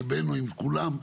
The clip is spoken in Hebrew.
ליבנו עם כולם.